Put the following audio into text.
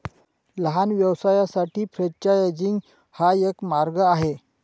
लहान व्यवसायांसाठी फ्रेंचायझिंग हा एक मार्ग आहे